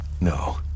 No